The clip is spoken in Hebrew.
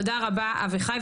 תודה רבה אביחי,